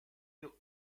you